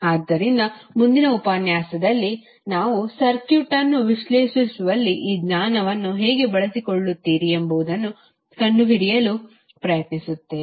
ಆದ್ದರಿಂದ ಮುಂದಿನ ಉಪನ್ಯಾಸದಲ್ಲಿ ನಾವು ಸರ್ಕ್ಯೂಟ್ ಅನ್ನು ವಿಶ್ಲೇಷಿಸುವಲ್ಲಿ ಈ ಜ್ಞಾನವನ್ನು ಹೇಗೆ ಬಳಸಿಕೊಳ್ಳುತ್ತೀರಿ ಎಂಬುದನ್ನು ಕಂಡುಹಿಡಿಯಲು ಪ್ರಯತ್ನಿಸುತ್ತೇವೆ